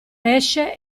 esce